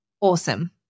Awesome